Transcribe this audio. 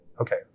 okay